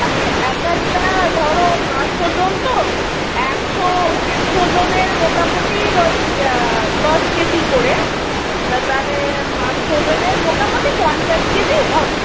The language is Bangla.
মানে এক একটা ধর পাঁচশো জন তো একশো একশো জনের মোটামুটি ওই দশ কেজি করে না তাহলে পাঁচশো জনের মোটামুটি পঞ্চাশ কেজি হবে